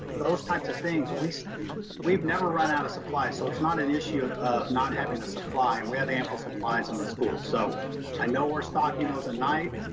those types of things. so we've never run out of supply. so it's not an issue of not having the supply. and we have ample supplies on the school. so i know we're stocking those at night.